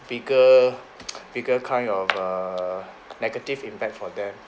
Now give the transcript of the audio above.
bigger bigger kind of err negative impact for them